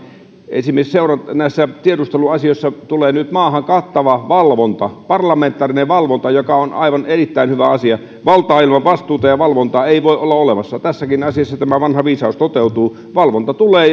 esimerkiksi näissä tiedusteluasioissa tulee nyt maahan kattava valvonta parlamentaarinen valvonta joka on aivan erittäin hyvä asia valtaa ilman vastuuta ja valvontaa ei voi olla olemassa tässäkin asiassa tämä vanha viisaus toteutuu valvonta tulee